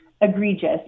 egregious